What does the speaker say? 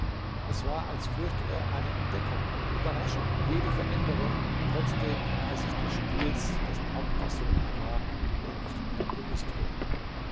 es war als fürchte er eine entdeckung eine überraschung jede veränderung trotzdem er sich des spiels dessen hauptperson er war wohl nicht mehr bewußt wurde